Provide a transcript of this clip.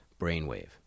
brainwave